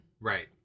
Right